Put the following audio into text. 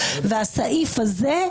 והסעיף הזה,